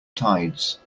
tides